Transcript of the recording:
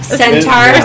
centaur